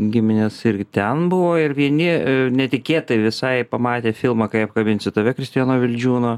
giminės irgi ten buvo ir vieni netikėtai visai pamatė filmą kai apkabinsiu tave kristijono vildžiūno